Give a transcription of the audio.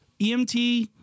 EMT